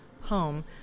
home